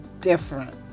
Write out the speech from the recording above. different